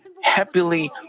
happily